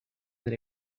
that